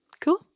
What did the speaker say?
Cool